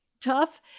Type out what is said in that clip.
tough